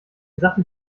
sachen